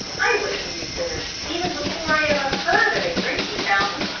i wouldn't use them, even before i ever heard of a drinking fountain.